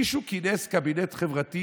מישהו כינס קבינט חברתי